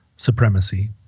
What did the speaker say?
supremacy